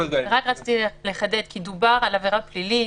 רציתי לחדד כי דובר על עבירה פלילית,